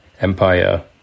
Empire